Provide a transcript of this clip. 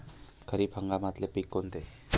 खरीप हंगामातले पिकं कोनते?